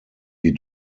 die